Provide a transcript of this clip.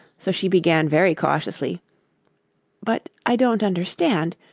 so she began very cautiously but i don't understand.